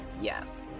Yes